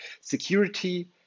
security